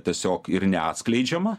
tiesiog ir neatskleidžiama